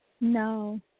No